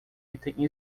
item